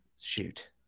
Shoot